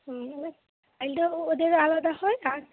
স্টাইলটা ওদেরও আলাদা হয় আর